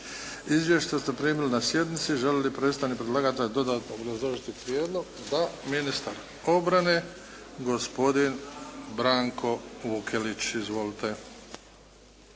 Izvještaj ste primili na sjednici. Želi li predstavnik predlagatelja dodatno obrazložiti prijedlog? Da. Ministar obrane gospodin Branko Vukelić. Izvolite.